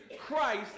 Christ